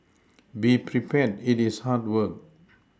be prepared it is hard work